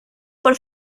por